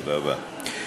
תודה רבה.